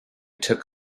took